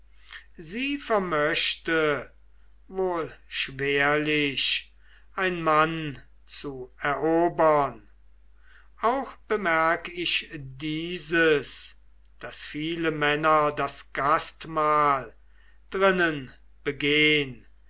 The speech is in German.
sie vermöchte wohl schwerlich ein mann zu erobern auch bemerk ich dieses daß viele männer ein gastmahl drinnen begehn